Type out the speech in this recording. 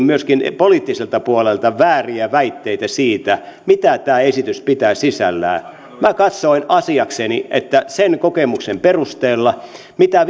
myöskin poliittiselta puolelta vääriä väitteitä siitä mitä tämä esitys pitää sisällään minä katsoin asiakseni ajattelin että sen kokemuksen perusteella mitä